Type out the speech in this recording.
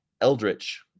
Eldritch